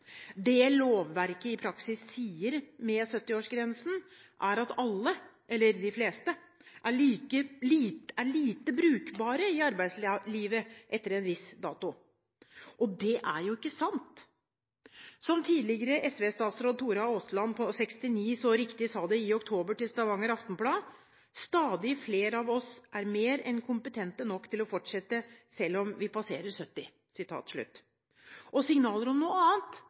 Det lovverket i praksis sier med 70-årsgrensen, er at alle, eller de fleste, er lite brukbare i arbeidslivet etter en viss dato, og det er jo ikke sant. Som tidligere SV-statsråd Tora Aasland på 69 år så riktig sa det i oktober til Stavanger Aftenblad: «Stadig flere av oss er mer enn kompetente nok til å fortsette selv om vi passerer 70 år.» Og signaler om noe annet